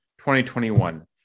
2021